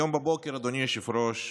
היום בבוקר, אדוני היושב-ראש,